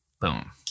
boom